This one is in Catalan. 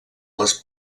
les